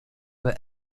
were